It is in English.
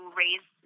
raise